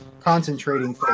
concentrating